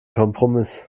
kompromiss